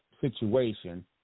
situation